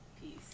peace